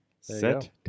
Set